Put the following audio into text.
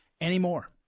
anymore